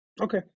Okay